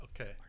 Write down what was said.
Okay